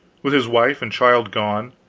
with his wife and child gone,